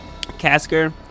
casker